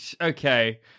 Okay